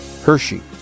Hershey